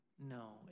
No